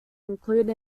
include